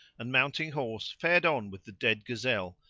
and mounting horse, fared on with the dead gazelle,